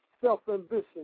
self-ambition